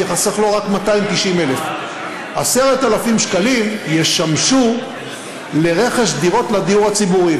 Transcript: ייחסך לו רק 290,000. 10,000 שקלים ישמשו לרכש דירות לדיור הציבורי.